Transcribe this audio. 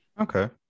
Okay